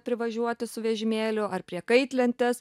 privažiuoti su vežimėliu ar prie kaitlentės